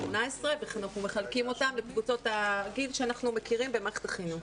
ואנחנו מחלקים אותם לקבוצות הגיל שאנחנו מכירים במערכת החינוך.